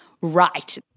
right